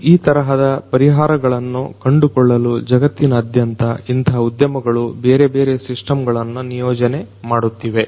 ಈ ತರಹದ ಪರಿಹಾರಗಳನ್ನು ಕಂಡುಕೊಳ್ಳಲುಜಗತ್ತಿನಾದ್ಯಂತಇಂತಹ ಉದ್ಯಮಗಳು ಬೇರೆಬೇರೆ ಸಿಸ್ಟಮ್ ಗಳನ್ನು ನಿಯೋಜನೆ ಮಾಡುತ್ತಿವೆ